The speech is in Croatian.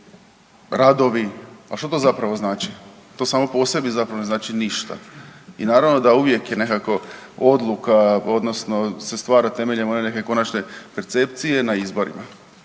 radovi, a što to zapravo znači? To samo po sebi ne znači zapravo ništa. I naravno da uvijek je nekako odluka odnosno se stvara temeljem one neke konačne percepcije na izborima.